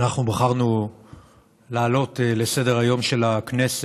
אנחנו בחרנו להעלות לסדר-היום של הכנסת,